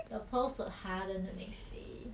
the pearls will harden the next day